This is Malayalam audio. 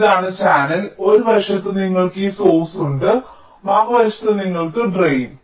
ഇതാണ് ചാനൽ ഒരു വശത്ത് നിങ്ങൾക്ക് ഈ സോഴ്സ് ഉണ്ട് മറുവശത്ത് നിങ്ങൾക്ക് ഡ്രെയ്ൻ